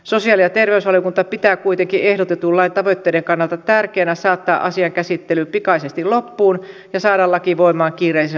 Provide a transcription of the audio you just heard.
sosiaali ja terveysvaliokunta pitää kuitenkin ehdotetun lain tavoitteiden kannalta tärkeänä saattaa asian käsittely pikaisesti loppuun ja saada laki voimaan kiireellisellä aikataululla